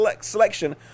selection